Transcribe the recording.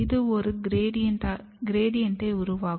இது ஒரு கிரேட்டியன்ட் உருவாகும்